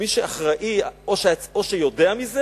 ומי שאחראי, או שיודע מזה